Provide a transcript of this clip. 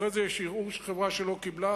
אחרי זה יש ערעור של חברה שלא קיבלה,